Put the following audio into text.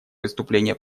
выступление